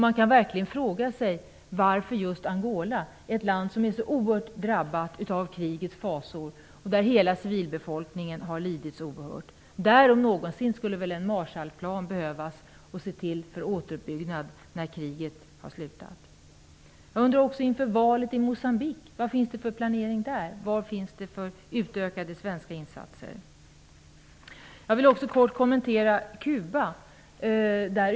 Man kan verkligen fråga sig varför det har skett just när det gäller Angola, ett land som är så oerhört drabbat av krigets fasor och där hela civilbefolkningen har lidit oerhört. Där om någonstans skulle väl en Marshallplan behövas för återuppbyggnaden när kriget har tagit slut. Jag undrar också vad det finns för planer inför valet i Moçambique. Kommer svenska insatser att utökas? Jag vill ockå kort kommentera Cuba.